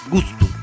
Gusto